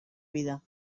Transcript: vida